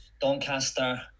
Doncaster